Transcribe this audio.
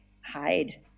hide